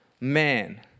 man